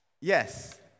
yes